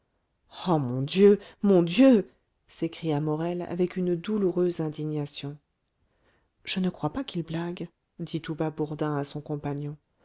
oh mon dieu mon dieu s'écria morel avec une douloureuse indignation je ne crois pas qu'il blague dit tout bas bourdin à son compagnon